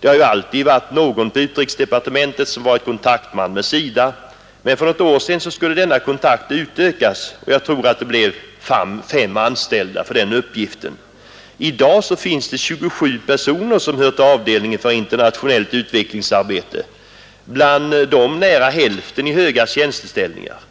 Det har ju på utrikesdepartementet alltid funnits någon som varit kontaktman med SIDA, men för något år sedan skulle denna kontakt utökas, och jag tror det blev fem som anställdes för denna uppgift. I dag finns det 27 personer som hör till avdelningen för internationellt utvecklingsarbete, bland dem nära hälften i höga tjänsteställningar.